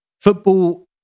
Football